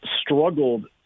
struggled